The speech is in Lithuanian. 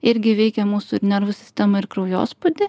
irgi veikia mūsų ir nervų sistemą ir kraujospūdį